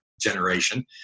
generation